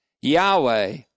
Yahweh